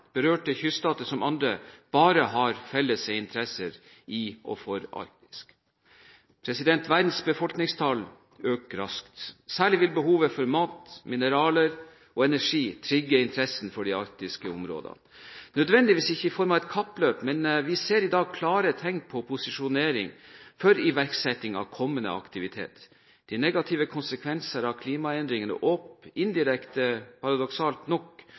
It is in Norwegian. berørte kyststater som andre, bare har felles interesser i og for Arktis. Verdens befolkningstall øker raskt. Særlig vil behovet for mat, mineraler og energi trigge interessen for de arktiske områdene – ikke nødvendigvis i form av et kappløp, men vi ser i dag klare tegn på posisjonering for iverksetting av kommende aktivitet, de negative konsekvenser av klimaendringene og indirekte paradoksalt nok